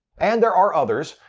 and there are others.